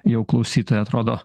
jau klausytoją atrodo